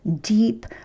deep